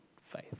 faith